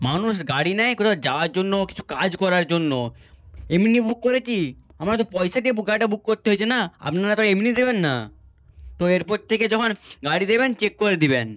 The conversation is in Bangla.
মানুষ গাড়ি নেয় কোথাও যাওয়ার জন্য কিছু কাজ করার জন্য এমনি বুক করেছি আমরা তো পয়সা দিয়ে গাড়িটা বুক করতে হয়েছে না আপনারা তো আর এমনি দেবেন না তো এরপর থেকে যখন গাড়ি দেবেন চেক করে দেবেন